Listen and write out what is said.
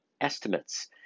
estimates